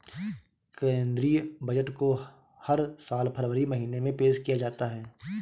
केंद्रीय बजट को हर साल फरवरी महीने में पेश किया जाता है